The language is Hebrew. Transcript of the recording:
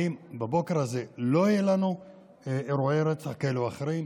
האם בבוקר הזה לא יהיה לנו אירועי רצח כאלו או אחרים?